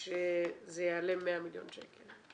שזה יעלה 100 מיליון שקל?